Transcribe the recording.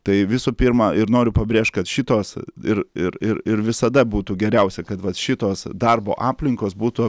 tai visų pirma ir noriu pabrėžt kad šitos ir ir ir ir visada būtų geriausia kad vat šitos darbo aplinkos būtų